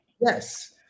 yes